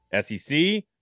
SEC